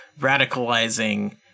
radicalizing